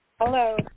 Hello